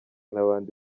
n’abandi